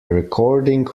recording